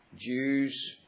Jews